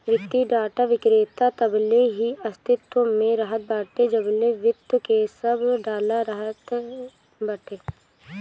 वित्तीय डाटा विक्रेता तबले ही अस्तित्व में रहत बाटे जबले वित्त के सब डाला रहत बाटे